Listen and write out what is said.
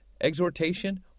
exhortation